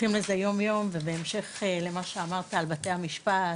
יום יום, ובהמשך למה שאמרת על בתי המשפט,